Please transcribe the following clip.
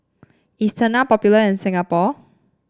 is Tena popular in Singapore